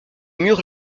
murs